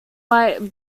white